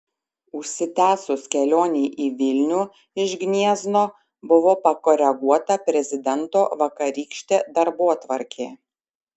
užsitęsus kelionei į vilnių iš gniezno buvo pakoreguota prezidento vakarykštė darbotvarkė